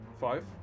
Five